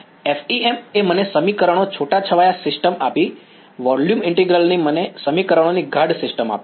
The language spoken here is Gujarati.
ખરું FEM એ મને સમીકરણો છૂટાછવાયા સિસ્ટમ આપી વોલ્યુમ ઇન્ટિગ્રલ ની મને સમીકરણોની ગાઢ સિસ્ટમ આપી